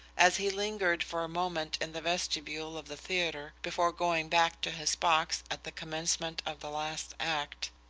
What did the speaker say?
as he lingered for a moment in the vestibule of the theatre, before going back to his box at the commencement of the last act,